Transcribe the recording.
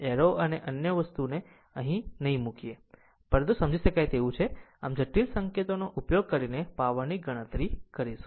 arrow અને અન્ય વસ્તુ નહીં મૂકશે પરંતુ સમજી શકાય તેવું છે આમ જટિલ સંકેતોનો ઉપયોગ કરીને પાવરની ગણતરી કરીશું